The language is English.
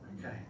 Okay